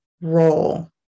role